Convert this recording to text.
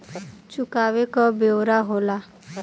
चुकावे क ब्योरा होला